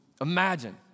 Imagine